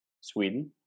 Sweden